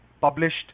published